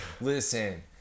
Listen